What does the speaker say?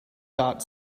dot